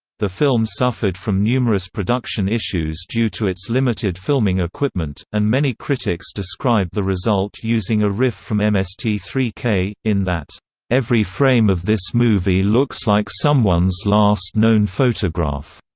the film suffered from numerous production issues due to its limited filming equipment, and many critics describe the result using a riff from m s t three k, in that every frame of this movie looks like someone's last-known photograph.